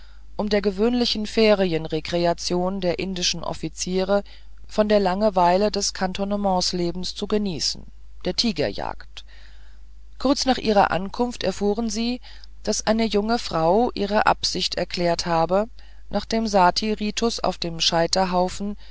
um der gewöhnlichen ferien rekreation der indischen offiziere von der langweiligkeit des kantonnementslebens zu genießen der tigerjagd kurz nach ihrer ankunft erfuhren sie daß eine junge frau ihre absicht erklärt habe nach dem sati ritus auf dem scheiterhaufen